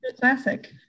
Classic